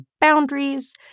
boundaries